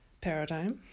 paradigm